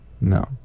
No